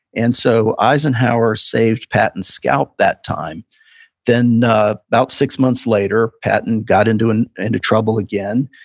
and so eisenhower saved patton's scalp that time then about six months later, patton got into and into trouble again.